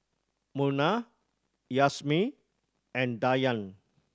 Munah Yasmin and Dayang